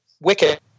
Wicket